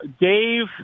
Dave